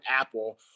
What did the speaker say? Apple